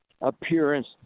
appearance